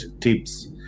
tips